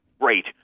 great